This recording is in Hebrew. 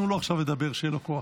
תנו לו עכשיו לדבר, שיהיה לו כוח.